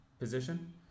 Position